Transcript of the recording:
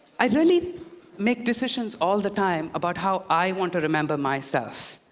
i really make decisions all the time about how i want to remember myself,